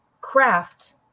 craft